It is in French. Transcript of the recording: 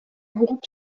groupe